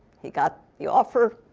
he got the offer,